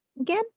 again